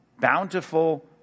bountiful